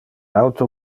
auto